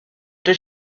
does